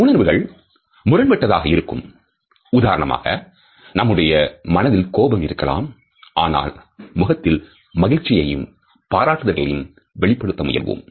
இந்த உணர்வுகள் முரண்பட்டதாக இருக்கும் உதாரணமாக நம்முடைய மனதில் கோபம் இருக்கலாம் ஆனால் முகத்தில் மகிழ்ச்சியையும் பாராட்டுதல்களையும் வெளிப்படுத்த முயல்வோம்